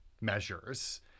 measures